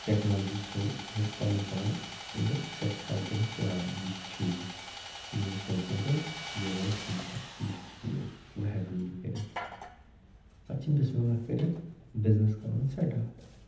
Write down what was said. technology through ہیٚکہِ پَنُن پان مطلب سیٹٕسفےَ کٔرِتھ کہِ آ یہِ چھُ ٹھیٖک یہِ مےٚ سوٗنٛچمُت اوس یہ بھایی ٹھیٖک ہے یہِ چھُ ٹھیٖک وۅنۍ ہیٚکہٕ بہٕ یہِ کٔرِتھ پَتہٕ چھِ بِسمِا للہ کٔرِتھ بِزنِس کَرُن سِٹارٹ